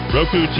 Roku